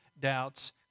doubts